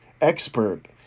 expert